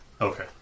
Okay